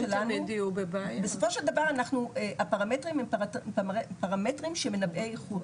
בסופו של דבר הפרמטרים הם פרמטרים שמנבאי איכות.